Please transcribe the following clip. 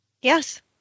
yes